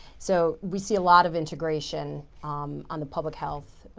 so, we see a lot of integration on the public health,